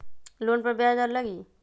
Loan पर ब्याज दर लगी?